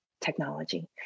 technology